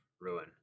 ruin